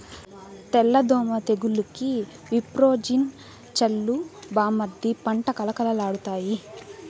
తెల్ల దోమ తెగులుకి విప్రోజిన్ చల్లు బామ్మర్ది పంట కళకళలాడతాయి